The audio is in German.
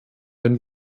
wenn